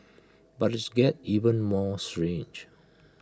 but its gets even more strange